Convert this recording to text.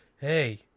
hey